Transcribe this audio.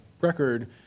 record